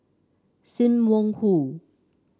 Sim Wong Hoo